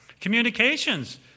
Communications